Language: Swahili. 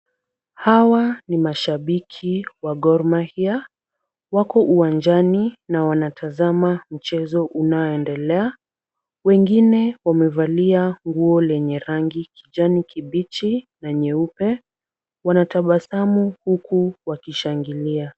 Hawa ni mashabiki wa Gor Mahia. Wako uwanjani na wanatazama mchezo unaoendelea. Wengine wamevalia nguo lenye rangi kijani kibichi na nyeupe. Wanatabasamu huku wakishangilia.